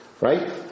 right